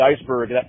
iceberg